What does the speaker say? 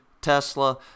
Tesla